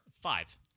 Five